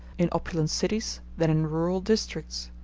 in opulent cities than in rural districts.